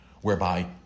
Whereby